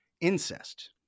incest